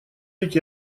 ведь